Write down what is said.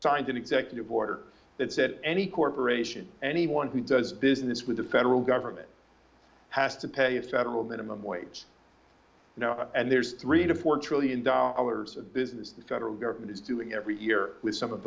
signed an executive order that said any corporation anyone who does business with the federal government has to pay a federal minimum wage and there's three to four trillion dollars of business the federal government is doing every year with some of